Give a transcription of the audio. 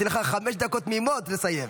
נתתי לך חמש דקות תמימות לסיים.